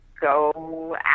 go